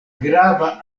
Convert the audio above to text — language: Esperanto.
grava